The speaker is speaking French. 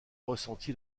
ressenti